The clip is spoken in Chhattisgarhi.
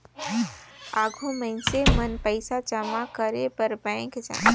आघु मइनसे मन पइसा जमा करे बर बेंक जाएं